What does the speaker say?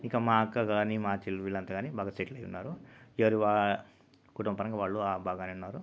ఇంక మా అక్కగాని మా చెల్లెలు వీళ్ళంతాగాని బాగా సెటిలై ఉన్నారు ఎవరు వా కుటుంబపరంగా వాళ్ళు బాగానే ఉన్నారు